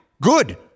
good